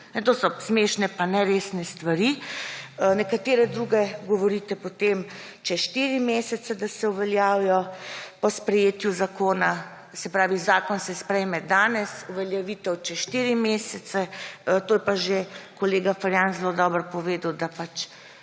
To so smešne pa neresne stvari. Za nekatere druge govorite, da čez štiri mesece, da se uveljavijo po sprejetju zakona. Se pravi, zakon se sprejme danes, uveljavitev čez štiri mesece. To je pa že kolega Ferjan zelo dobro povedal, da je